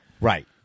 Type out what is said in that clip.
Right